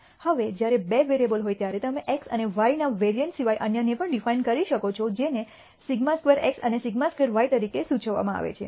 હવે જ્યારે બે વેરીએબ્લસ હોય ત્યારે તમે x અને y ના વેરિઅન્સ સિવાય અન્ય ને પણ ડિફાઇન કરી શકો છો જેને σ2x અને σ2y તરીકે સૂચવવામાં આવે છે